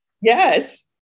Yes